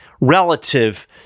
relative